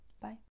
Bye